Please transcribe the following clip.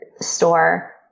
store